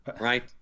right